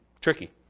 tricky